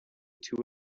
too